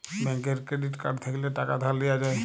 ব্যাংকের credit card থ্যাইকলে টাকা ধার লিয়া যায়